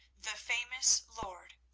the famous lord,